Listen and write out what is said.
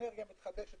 אנרגיה מתחדשת